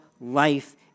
life